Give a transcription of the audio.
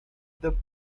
the